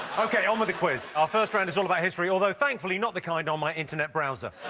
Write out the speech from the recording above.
ok, on with the quiz. our first round is all about history, although thankfully not the kind on my internet browser.